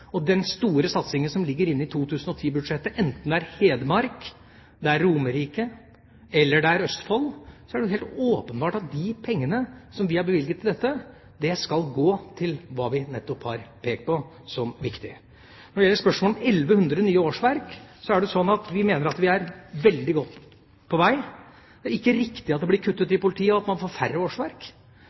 og den store satsingen som ligger inne i 2010-budsjett – enten det er Hedmark, Romerike eller Østfold – er det helt åpenbart at de pengene som vi har bevilget til dette, skal gå til nettopp det vi har pekt på som viktig. Når det gjelder spørsmålet om 1 100 nye årsverk, mener vi at vi er veldig godt på vei. Det er ikke riktig at det blir kuttet i politiet, og at man får færre årsverk.